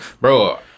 bro